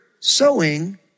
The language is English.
sowing